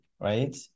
right